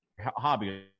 hobby